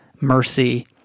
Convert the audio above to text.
mercy